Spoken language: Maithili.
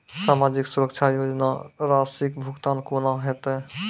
समाजिक सुरक्षा योजना राशिक भुगतान कूना हेतै?